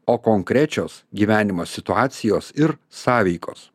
o konkrečios gyvenimo situacijos ir sąveikos